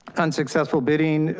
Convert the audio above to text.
unsuccessful bidding,